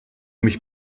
mich